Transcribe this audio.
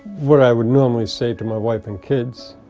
what i would normally say to my wife and kids.